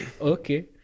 Okay